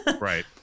right